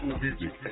music